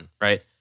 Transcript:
right